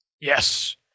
Yes